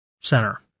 center